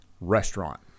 Restaurant